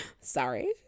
Sorry